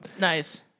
nice